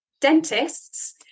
dentists